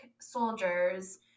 soldiers